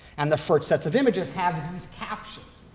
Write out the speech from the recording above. and the first sets of images have these captions,